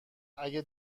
اگه